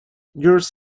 yours